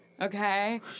Okay